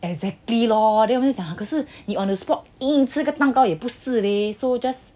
let it be lor then 我就想你 on the spot 硬硬吃那个蛋糕也不是 leh so just